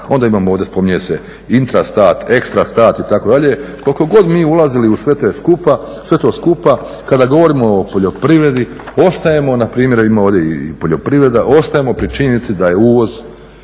onda imamo ovdje spominje se Intrastat, Ekstrastat itd.. Koliko god mi ulazili u sve to skupa kada govorimo o poljoprivredi, ostajemo npr. ima ovdje i poljoprivreda ostajemo pri činjenici da je uvoz